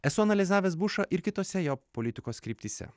esu analizavęs bušą ir kitose jo politikos kryptyse